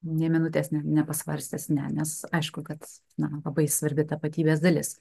nė minutės ne nepasvarstęs ne aišku kad na man labai svarbi tapatybės dalis